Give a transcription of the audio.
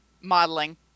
modeling